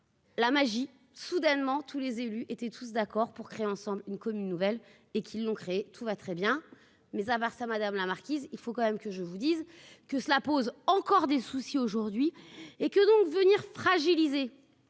La magie soudainement tous les élus étaient tous d'accord pour créer ensemble une commune nouvelle et qui l'ont créée, tout va très bien, mais à part ça, madame la marquise, il faut quand même que je vous dise. Que cela pose encore des soucis aujourd'hui et que donc venir fragiliser